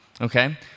okay